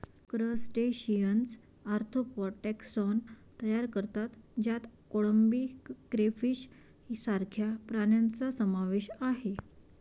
crustaceans arthropod taxon तयार करतात ज्यात कोळंबी, क्रेफिश सारख्या प्राण्यांचा समावेश आहे